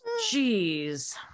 jeez